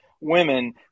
women